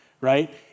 right